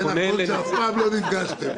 זה נכון שאף פעם לא נפגשתם.